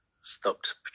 stopped